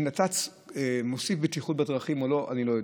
אם נת"צ מוסיף בטיחות בדרכים או לא, אני לא יודע.